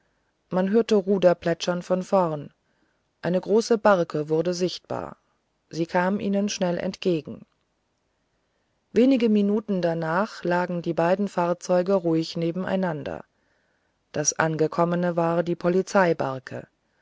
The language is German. man hörte ruderplätschern von vorne eine große barke wurde sichtbar sie kam ihnen schnell entgegen wenige minuten danach lagen die beiden fahrzeuge ruhig nebeneinander das angekommene war die